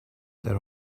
their